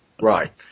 Right